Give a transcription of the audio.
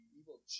evil